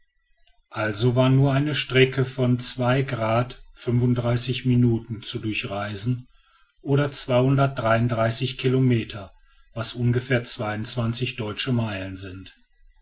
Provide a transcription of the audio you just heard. also war nur eine strecke von zwei zu durchreisen oder kilometer was ungefähr deutsche meilen sind